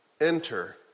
enter